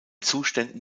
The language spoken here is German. zuständen